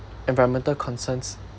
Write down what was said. environmental concerns